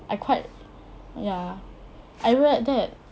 I quite ya I read that